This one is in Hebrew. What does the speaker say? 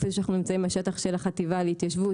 אפילו שאנחנו נמצאים על שטח של החטיבה להתיישבות